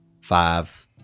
five